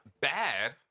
bad